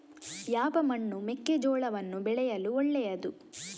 ಯಾವ ಮಣ್ಣು ಮೆಕ್ಕೆಜೋಳವನ್ನು ಬೆಳೆಯಲು ಒಳ್ಳೆಯದು?